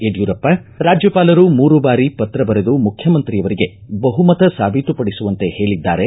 ಯಡ್ಕೂರಪ್ಪ ರಾಜ್ಯಪಾಲರು ಮೂರು ಬಾರಿ ಪತ್ರ ಬರೆದು ಮುಖ್ಯಮಂತ್ರಿಯವರಿಗೆ ಬಹುಮತ ಸಾಬೀತು ಪಡಿಸುವಂತೆ ಹೇಳಿದ್ದಾರೆ